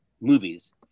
movies